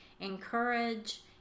encourage